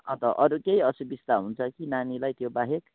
अन्त अरू केही असुबिस्ता हुन्छ कि नानीलाई त्यो बाहेक